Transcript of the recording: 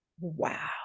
Wow